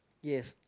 yes